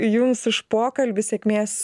jums už pokalbį sėkmės